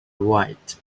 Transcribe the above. right